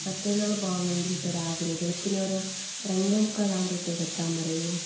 മറ്റന്നാൾ പോകാൻ വേണ്ടീട്ട് രാവിലെ വെളുപ്പിനെ ഒരു രണ്ടേമുക്കാലാകുമ്പോഴ്ത്തേക്ക് എത്താൻ പറയുവോ